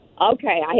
Okay